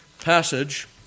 passage